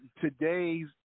today's